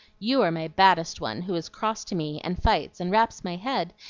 you are my baddest one, who is cross to me, and fights, and raps my head,